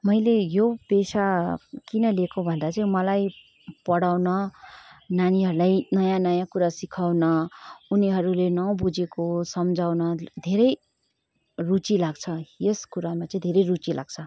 मैले यो पेसा चाहिँ किन लिएको भन्दा मलाई पढाउन नानीहरूलाई नयाँ नयाँ कुरा सिकाउन उनीहरूले नबुजेको सम्झाउन धेरै रुचि लाग्छ यस कुरामा चाहिँ धेरै रुचि लाग्छ